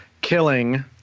killing